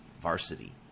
Varsity